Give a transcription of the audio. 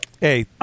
hey